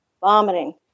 vomiting